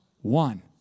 one